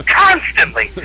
constantly